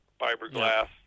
fiberglass